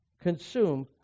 consume